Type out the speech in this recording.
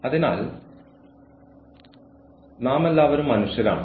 അതിനാൽ ഇത് ഒരു വിൻ വിൻ സാഹചര്യമാണ്